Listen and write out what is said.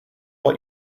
what